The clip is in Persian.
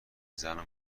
زنو